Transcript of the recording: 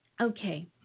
okay